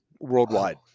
worldwide